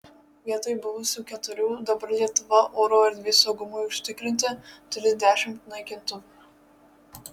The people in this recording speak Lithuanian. vietoje buvusių keturių dabar lietuva oro erdvės saugumui užtikrinti turi dešimt naikintuvų